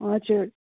हजुर